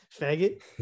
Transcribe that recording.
faggot